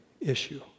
issue